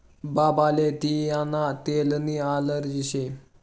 बाबाले तियीना तेलनी ॲलर्जी शे